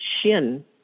Shin